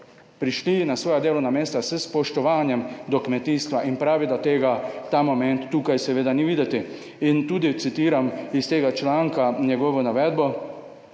prišli na svoja delovna mesta s spoštovanjem do kmetijstva in pravi, da tega ta moment tukaj seveda ni videti in tudi citiram iz tega članka njegovo navedbo